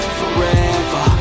forever